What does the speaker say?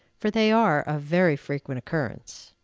for they are of very frequent occurrence.